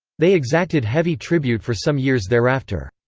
they exacted heavy tribute for some years thereafter.